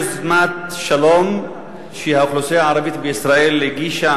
יוזמת שלום שהאוכלוסייה הערבית בישראל הגישה